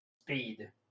speed